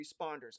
responders